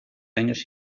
años